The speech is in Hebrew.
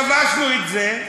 כבשנו את זה,